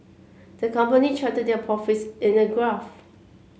the company charted their profits in a graph